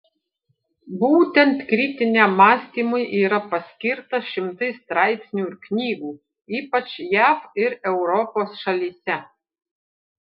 būtent kritiniam mąstymui yra paskirta šimtai straipsnių ir knygų ypač jav ir europos šalyse